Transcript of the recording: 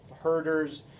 herders